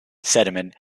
sediment